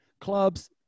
clubs